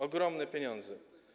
Ogromne pieniądze.